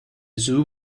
zoo